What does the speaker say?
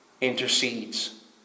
intercedes